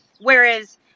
Whereas